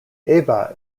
eva